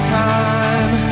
time